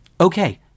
Okay